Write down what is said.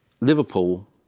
Liverpool